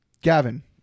Gavin